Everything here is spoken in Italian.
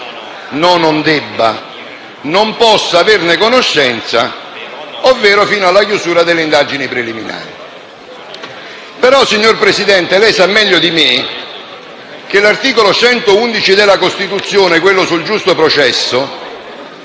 che non debba) averne conoscenza, ovvero fino alla chiusura delle indagini preliminari. Tuttavia, signor Presidente, lei sa meglio di me che l'articolo 111 della Costituzione (quello sul giusto processo)